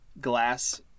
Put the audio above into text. glass